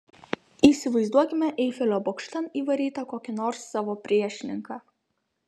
įsivaizduokime eifelio bokštan įvarytą kokį nors savo priešininką